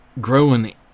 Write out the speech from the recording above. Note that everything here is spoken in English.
Growing